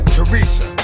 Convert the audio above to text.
Teresa